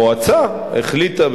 המועצה החליטה,